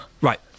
Right